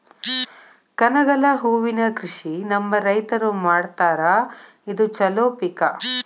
ಕನಗಲ ಹೂವಿನ ಕೃಷಿ ನಮ್ಮ ರೈತರು ಮಾಡತಾರ ಇದು ಚಲೋ ಪಿಕ